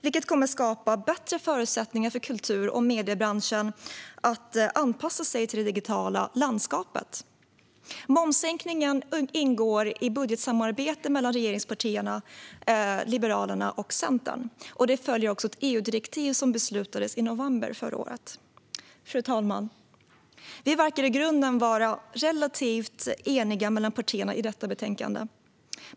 Det kommer att skapa bättre förutsättningar för kultur och mediebranschen att anpassa sig till det digitala landskapet. Momssänkningen ingår i budgetsamarbetet mellan regeringspartierna, Liberalerna och Centern. Den följer också ett EU-direktiv som beslutades i november förra året. Fru talman! Vi verkar i grunden vara relativt eniga partierna emellan i detta betänkande.